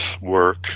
work